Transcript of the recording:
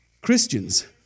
Christians